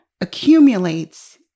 accumulates